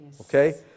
okay